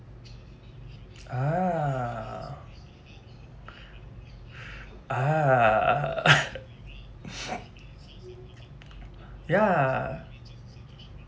ah ah ya